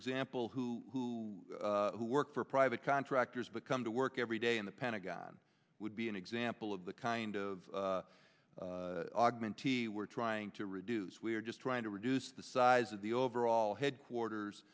example who who work for private contractors but come to work every day in the pentagon would be an example of the kind of augmentee we're trying to reduce we're just trying to reduce the size of the overall headquarters